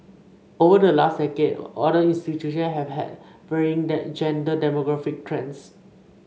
over the last decade other institution have had varying the gender demographic trends